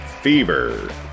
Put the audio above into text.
Fever